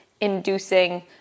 inducing